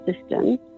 system